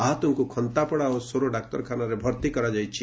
ଆହତଙ୍କୁ ଖନ୍ତାପଡ଼ା ଓ ସୋର ଡାକ୍ତରଖାନାରେ ଭର୍ତ୍ତି କରାଯାଇଛି